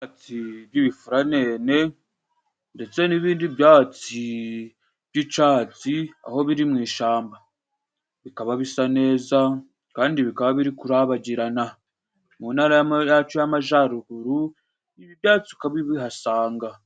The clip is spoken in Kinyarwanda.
Ibyatsi by'ibifuranene, ndetse n'ibindi byatsi by'icatsi, aho biri mu ishamba, bikaba bisa neza kandi bikaba biri kurabagirana. Mu Ntara yacu y'Amajaruguru, ibi byatsi ukaba ubihasanga.